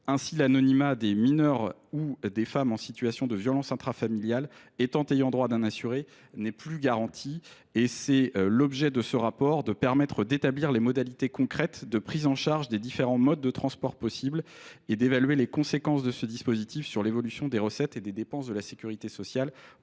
Ainsi, l’anonymat des mineures ou des femmes en situation de violence intrafamiliale qui sont ayant droit d’un assuré n’est pas garanti. Le rapport que nous demandons a pour objet de permettre d’établir les modalités concrètes de prise en charge des différents modes de transport possibles dans ce cas et d’évaluer les conséquences de ce dispositif sur l’évolution des recettes et des dépenses de la sécurité sociale.